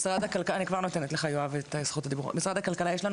משרד הכלכלה, האם יש לנו